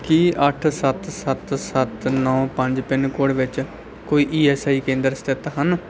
ਕੀ ਅੱਠ ਸੱਤ ਸੱਤ ਸੱਤ ਨੌਂ ਪੰਜ ਪਿਨ ਕੋਡ ਵਿੱਚ ਕੋਈ ਈ ਐਸ ਆਈ ਸੀ ਕੇਂਦਰ ਸਥਿਤ ਹਨ